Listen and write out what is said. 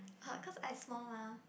oh cause I small mah